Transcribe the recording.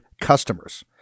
customers